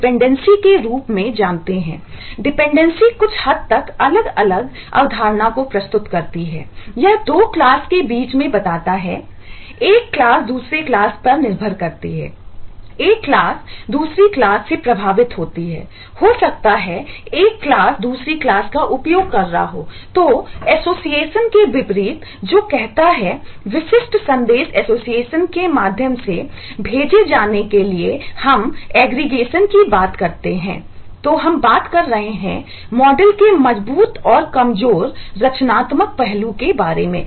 dependency कुछ हद तक एक अलग अवधारणा को प्रस्तुत करती है यह 2 क्लास पहलू के बारे में